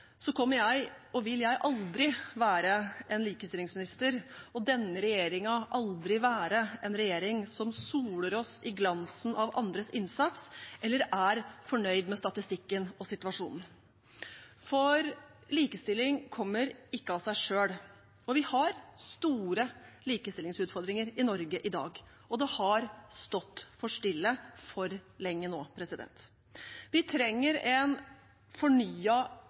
kommer jeg og vil jeg aldri være en likestillingsminister som – og denne regjeringen aldri være en regjering som soler seg i glansen av andres innsats eller er fornøyd med statistikken og situasjonen. Likestilling kommer ikke av seg selv, og vi har store likestillingsutfordringer i Norge i dag. Det har stått for stille for lenge nå. Vi trenger en